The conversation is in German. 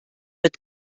wird